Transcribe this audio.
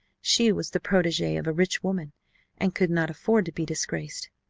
she was the protegee of a rich woman and could not afford to be disgraced.